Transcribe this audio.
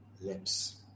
lips